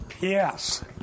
Yes